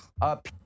up